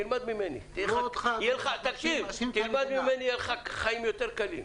תלמד ממני, יהיו לך חיים יותר קלים.